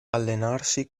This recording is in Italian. allenarsi